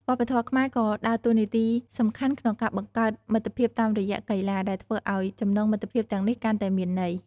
វប្បធម៌ខ្មែរក៏ដើរតួនាទីសំខាន់ក្នុងការបង្កើតមិត្តភាពតាមរយៈកីឡា ដែលធ្វើឲ្យចំណងមិត្តភាពទាំងនេះកាន់តែមានន័យ។